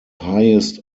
highest